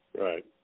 Right